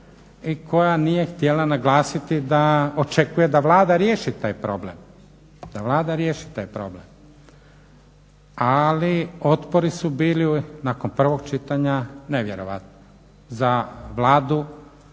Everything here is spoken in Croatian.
koja nije htjela naglasiti da očekuje da Vlada riješi taj problem. Ali otpori su bili nakon prvog čitanja nevjerojatni. Za Vladu